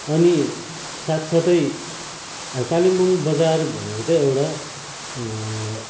अनि साथसाथै अब कालिम्पोङ बजार भनेको त एउटा